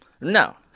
No